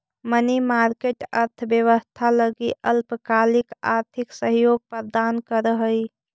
money market अर्थव्यवस्था लगी अल्पकालिक आर्थिक सहयोग प्रदान करऽ हइ